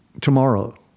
tomorrow